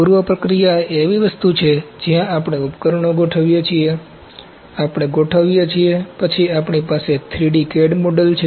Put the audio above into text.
પૂર્વ પ્રક્રિયા એ એવી વસ્તુ છે જ્યા આપણે ઉપકરણો ગોઠવીએ છીએ આપણે ગોઠવીએ છીએ પછી આપણી પાસે 3D CAD મોડલ છે